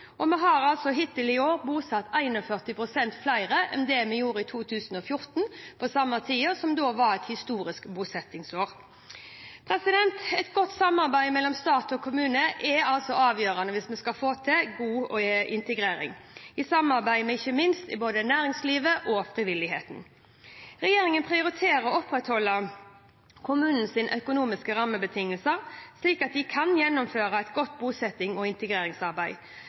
Vi har hittil i år bosatt 41 pst. flere enn det vi gjorde i 2014, samtidig som det var et historisk bosettingsår. Et godt samarbeid mellom stat og kommune er avgjørende hvis vi skal få til god integrering, ikke minst i samarbeid med både næringslivet og frivilligheten. Regjeringen prioriterer å opprettholde kommunenes økonomiske rammebetingelser slik at de kan gjennomføre et godt bosettings- og integreringsarbeid.